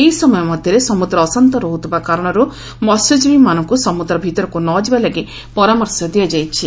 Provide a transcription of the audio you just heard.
ଏହି ସମୟ ମଧ୍ୟରେ ସମୁଦ୍ର ଅଶାନ୍ତ ରହୁଥିବା କାରଶରୁ ମହ୍ୟଜୀବୀମାନଙ୍ଙୁ ସମୁଦ୍ର ଭିତରକୁ ନ ଯିବା ଲାଗି ପରାମର୍ଶ ଦିଆଯାଇଛି